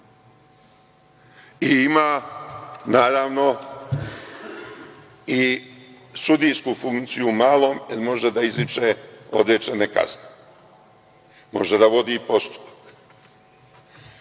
Ima, naravno, i sudijsku funkciju u malom jer može da izriče određene kazne, može da vodi i postupak.